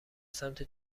سمت